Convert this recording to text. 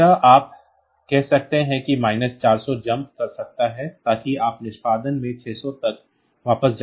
इसी तरह आप कह सकते हैं कि माइनस 400 जंप कर सकता है ताकि आप निष्पादन में 600 तक वापस जा सकें